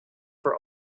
for